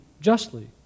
justly